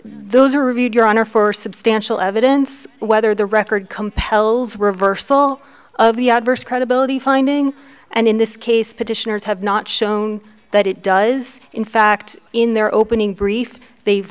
those are reviewed your honor for substantial evidence whether the record compels reversal of the adverse credibility finding and in this case petitioners have not shown that it does in fact in their opening brief they've